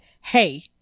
Hey